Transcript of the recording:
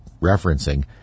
referencing